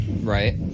Right